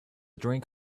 drink